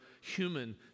human